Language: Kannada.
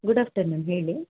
ಗುಡ್ ಆಫ್ಟರ್ನೂನ್ ಹೇಳಿ